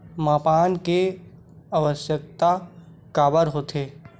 मापन के आवश्कता काबर होथे?